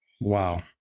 Wow